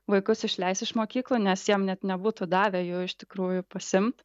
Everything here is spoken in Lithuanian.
vaikus išleis iš mokyklų nes jiem net nebūtų davę jų iš tikrųjų pasiimt